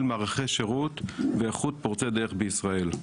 מערכי שירות ואיכות פורצי דרך בישראל.